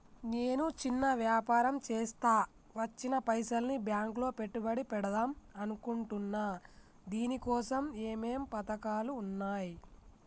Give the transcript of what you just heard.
నేను చిన్న వ్యాపారం చేస్తా వచ్చిన పైసల్ని బ్యాంకులో పెట్టుబడి పెడదాం అనుకుంటున్నా దీనికోసం ఏమేం పథకాలు ఉన్నాయ్?